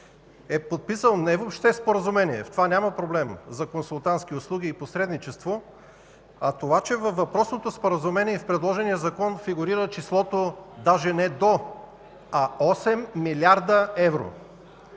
е подписал не въобще споразумение, в това няма проблем, за консултантски услуги и посредничество, а това, че във въпросното споразумение и в предложения закон фигурира числото даже не „до”, а „8 млрд. евро”.